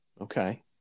Okay